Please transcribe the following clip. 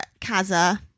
Kaza